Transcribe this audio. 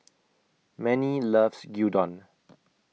Mannie loves Gyudon